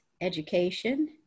education